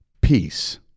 peace